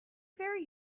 very